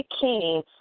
king